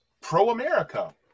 pro-America